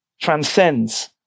transcends